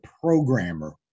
programmer